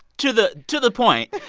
to the to the point,